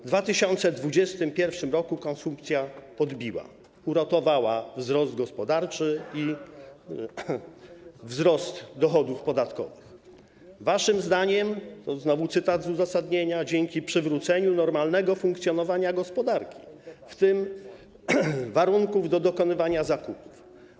W 2021 r. konsumpcja odbiła, uratowała wzrost gospodarczy i wzrost dochodów podatkowych, waszym zdaniem - znowu cytat z uzasadnienia - dzięki przywróceniu normalnego funkcjonowania gospodarki, w tym warunków do dokonywania zakupów.